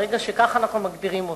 ברגע שכך אנחנו מגדירים אותו.